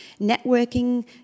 networking